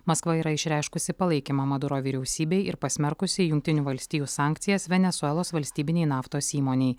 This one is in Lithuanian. maskva yra išreiškusi palaikymą maduro vyriausybei ir pasmerkusi jungtinių valstijų sankcijas venesuelos valstybinei naftos įmonei